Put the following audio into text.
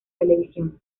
televisión